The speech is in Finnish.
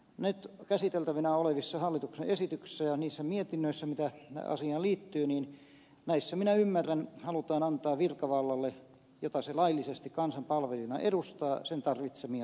nyt käsiteltävänä olevissa hallituksen esityksissä ja niissä mietinnöissä mitä asiaan liittyy näissä minä ymmärrän halutaan antaa virkavallalle joka on laillisesti kansan palvelija sen tarvitsemia välineitä